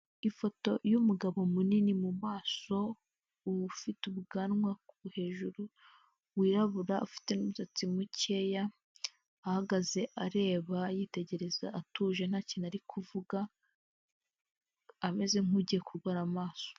Ifoto y'umugabo munini mu maso ufite ubwanwa hejuru wirabura ufite n'umusatsi mukeya, ahagaze areba yitegereza atuje nta kintu ari kuvuga, ameze nk'ugiye kurwara amaso.